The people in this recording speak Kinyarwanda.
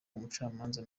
umucamanza